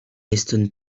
hasten